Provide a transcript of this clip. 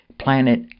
planet